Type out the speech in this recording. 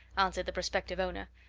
answered the prospective owner.